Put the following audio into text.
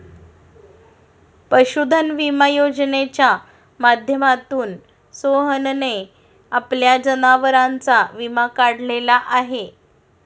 पशुधन विमा योजनेच्या माध्यमातून सोहनने आपल्या जनावरांचा विमा काढलेला आहे